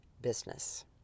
business